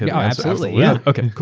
yeah absolutely, yeah. okay,